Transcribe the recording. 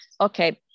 Okay